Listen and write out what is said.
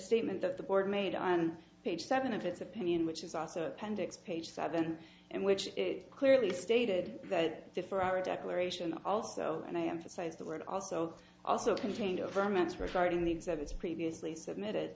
statement that the board made on page seven of its opinion which is also appendix page seven in which it clearly stated that for our declaration also and i am for size the word also also contained a verminous regarding the exhibits previously submitted